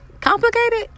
Complicated